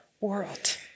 world